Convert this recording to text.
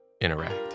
interact